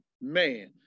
man